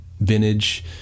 vintage